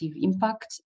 impact